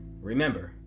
Remember